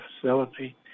facility